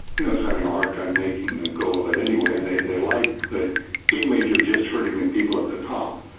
you know is having a hard time making a go of it anyway, and they they like the image of just hurting the people at the top.